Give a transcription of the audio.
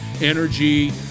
energy